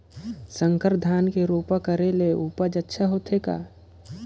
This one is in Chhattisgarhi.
संकर धान के रोपा करे ले उपज अच्छा होथे का?